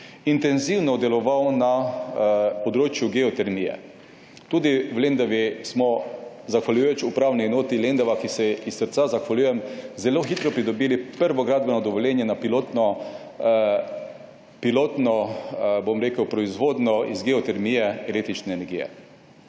intenzivno deloval na področju geotermije. Tudi v Lendavi smo, zahvaljujoč Upravni enoti Lendava, ki se ji iz srca zahvaljujem, zelo hitro pridobili prvo gradbeno dovoljenje za pilotno proizvodnjo iz geotermije električne energije.